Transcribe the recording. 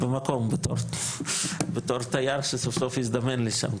בתור תייר שהזדמן לשם,